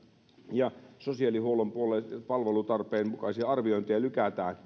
ja sosiaalihuollon palvelutarpeen mukaisia arviointeja lykätään